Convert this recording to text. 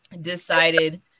decided